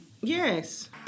Yes